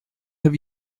have